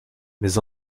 mais